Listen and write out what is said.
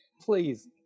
Please